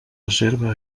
reserva